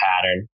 pattern